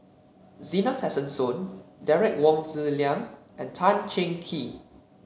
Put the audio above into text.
Zena Tessensohn Derek Wong Zi Liang and Tan Cheng Kee